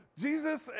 jesus